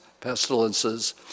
pestilences